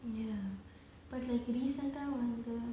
ya but like recent ah வந்து:vanthu